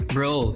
Bro